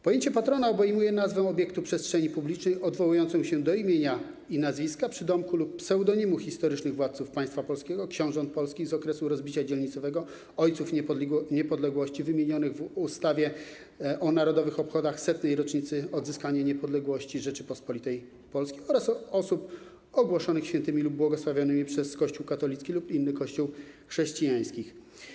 Pojęcie patrona obejmuje nazwę obiektu przestrzeni publicznej odwołującą się do imienia i nazwiska, przydomku lub pseudonimu historycznych władców państwa polskiego, książąt polskich z okresu rozbicia dzielnicowego, ojców niepodległości wymienionych w ustawie o Narodowych Obchodach Setnej Rocznicy Odzyskania Niepodległości Rzeczypospolitej Polskiej oraz osób ogłoszonych świętymi lub błogosławionymi przez Kościół katolicki lub inny kościół chrześcijański.